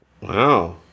Wow